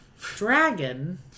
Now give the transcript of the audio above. dragon